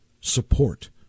support